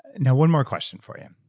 now one more question for you,